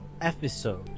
episode